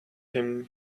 him